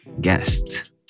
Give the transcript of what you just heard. guest